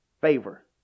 favor